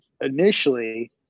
initially